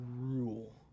rule